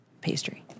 Pastry